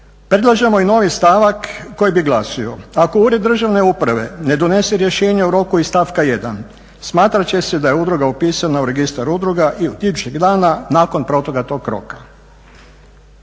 Predlažemo i novi stavak koji bi glasio, ako ured državne uprave ne donese rješenje u roku iz stavka 1.smatra će se da je udruga upisana u registar udruga i od … dana nakon proteka tog roka.